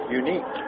unique